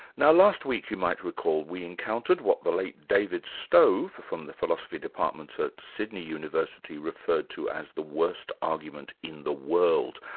now, last week, you might recall, we encountered what the late david stove, from the philosophy department so at sydney university, referred to as the worst argument in the world,